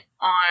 on